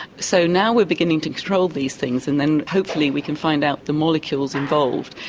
so now we're beginning to control these things and then hopefully we can find out the molecules involved.